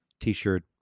t-shirt